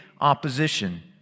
opposition